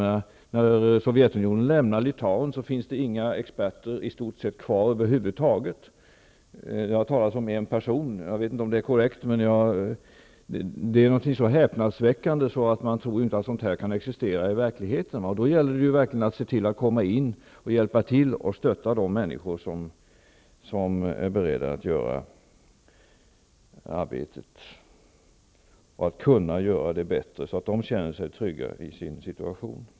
När Sovjetunionen lämnar Litauen finns det över huvud taget inte kvar några experter där. Jag har hört talas om att det kommer att bli en person med kunnande kvar. Jag vet inte om det är korrekt, men det är så häpnadsväckande att man inte tror att förhållanden av den här typen existerar i verkligheten. Det gäller då att man hjälper till och stöttar de människor som kan och är beredda att göra arbetet, så att de känner sig tryggare i sin situation.